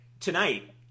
Tonight